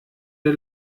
der